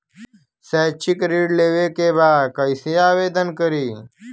शैक्षिक ऋण लेवे के बा कईसे आवेदन करी?